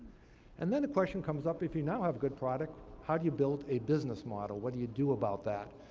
and then the question comes up, if you now have a good product, how do you build a business model? what do you do about that?